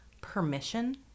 permission